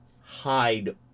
hide